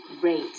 great